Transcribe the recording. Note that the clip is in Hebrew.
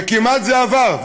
וזה כמעט עבר,